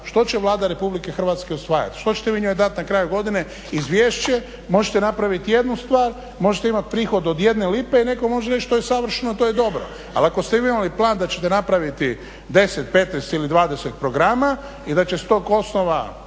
Što će Vlada Republike Hrvatske usvajati? Što ćete vi njoj dati na kraju godine izvješće, možete napraviti jednu stvar, možete imati prihod od jedne lipe i netko može reći to je savršeno, to je dobro. Ali ako ste vi imali plan da ćete napraviti 10, 15 ili 20 programa i da će s tog osnova